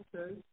okay